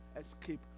Escape